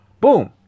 boom